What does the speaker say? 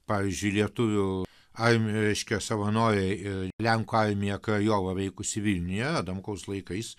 pavyzdžiui lietuvių armija reiškia savanoriai ir lenkų armija krajova veikusi vilniuje adamkaus laikais